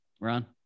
Ron